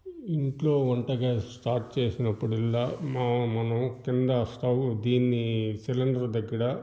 ఇంట్లో వంట gas stop చేసినప్పుడల్లా మా మనం కింద స్టవ్ దీన్ని సిలిండర్ దగ్గడ